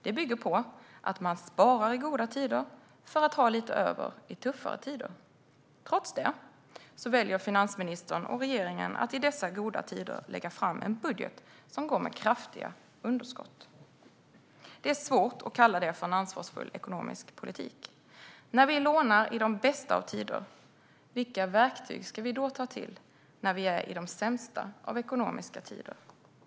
Det bygger på att man sparar i goda tider för att ha lite över i tuffa tider. Trots det väljer finansministern och regeringen att i dessa goda tider lägga fram en budget som går med kraftiga underskott. Det är svårt att kalla det för en ansvarsfull ekonomisk politik. När vi lånar i de bästa av tider - vilka verktyg ska vi då ta till när vi är i de sämsta av ekonomiska tider?